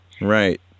Right